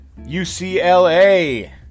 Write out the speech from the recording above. UCLA